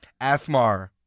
Asmar